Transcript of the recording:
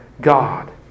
God